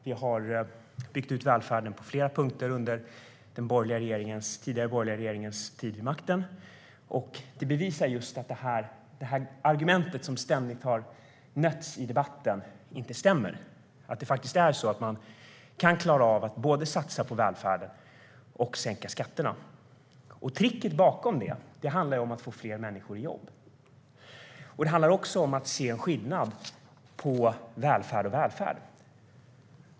Vi har byggt ut välfärden på flera punkter under den tidigare borgerliga regeringens tid vid makten. Det bevisar just att det argument som ständigt har nötts i debatten inte stämmer. Det är faktiskt så att man kan klara av att både satsa på välfärden och sänka skatterna. Tricket bakom det handlar om att få fler människor i jobb. Det handlar också om att se en skillnad på välfärd och välfärd.